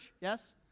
Yes